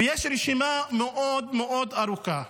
ויש רשימה מאוד מאוד ארוכה,